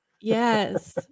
Yes